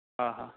ᱚᱼᱦᱚ